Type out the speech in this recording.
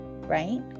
right